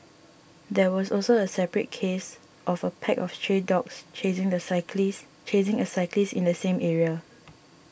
there was also a separate case of a pack of stray dogs chasing a cyclist chasing a cyclist in the same area